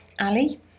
Ali